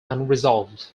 unresolved